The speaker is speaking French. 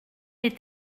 est